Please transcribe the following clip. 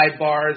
sidebars